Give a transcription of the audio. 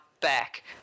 back